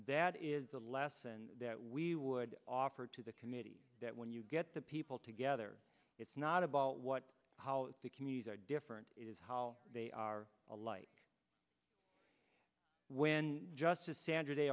that is a lesson that we would offer to the committee that when you get the people together it's not about what how the commuter different is how they are alike when justice sandra day